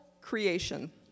creation